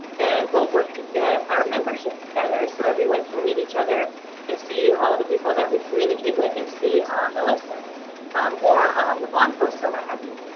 and we'll work to get our membership together, so everyone can meet each other and see all the people that we communicate with and see on the listserv or on the blog posts or what have you.